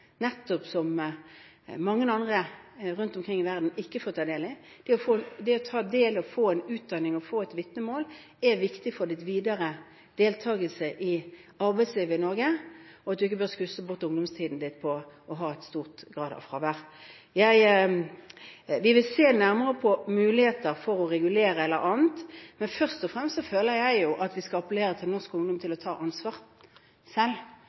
som mange andre rundt omkring i verden ikke får ta del i, at det å få en utdanning og et vitnemål er viktig for videre deltakelse i arbeidslivet i Norge, og at man ikke bør skusle bort ungdomstiden på å ha en stor grad av fravær. Vi vil se nærmere på muligheter for å regulere eller noe annet, men først og fremst føler jeg at vi bør appellere til norsk ungdom om å ta ansvar selv,